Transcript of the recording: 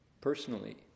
personally